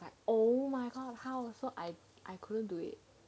like oh my god how so I I couldn't do it